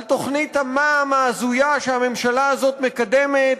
על תוכנית המע"מ ההזויה שהממשלה הזאת מקדמת,